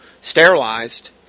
sterilized